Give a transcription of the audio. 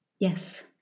Yes